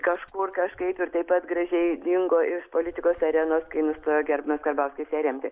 kažkur kažkaip ir taip pat gražiai dingo iš politikos arenos kai nustojo gerbiamas karbauskis ją remti